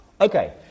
Okay